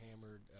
hammered